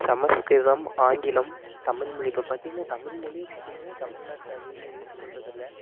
சமஸ்கிருதம் ஆங்கிலம் தமில்மொழி இப்போ பார்த்திங்கன்னா தமில்மொழியே பார்த்திங்கன்னா தமிழ்நாட்டுல அதிகமாக யூஸ் பண்ணுறது இல்லை